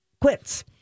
quits